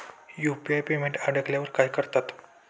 UPI payment अडकल्यावर काय करतात?